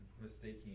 mistaking